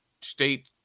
state